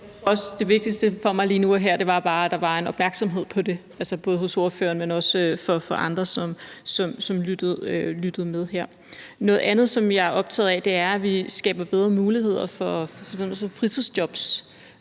det vigtigste for mig lige nu og her bare var, at der var en opmærksomhed på det, altså både hos ordføreren, men også hos andre, som lytter med her. Noget andet, som jeg er optaget af, er, at vi skaber bedre muligheder for sådan